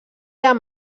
amb